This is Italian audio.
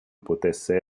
potesse